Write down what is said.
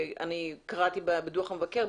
אני קראתי בדוח המבקר,